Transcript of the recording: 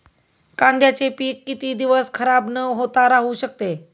कांद्याचे पीक किती दिवस खराब न होता राहू शकते?